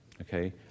okay